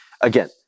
Again